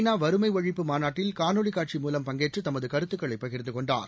நா வறுமை ஒழிப்பு மாநாட்டில் காணொலிக் காட்சி மூலம் பங்கேற்று தமது கருத்துக்களை பகிர்ந்துகொண்டார்